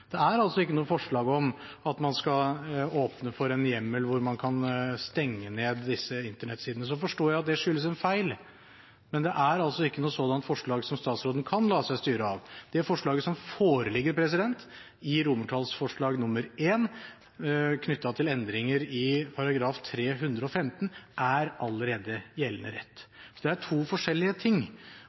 Det er altså ikke noe forslag om at man skal åpne for en hjemmel slik at man kan stenge disse Internett-sidene. Så forstår jeg det slik at det skyldes en feil, men det er altså ikke noe sådant forslag som statsråden kan la seg styre av. Det som foreligger i forslag til vedtak I, knyttet til endringer i § 315, er allerede gjeldende rett. Så det er to forskjellige ting.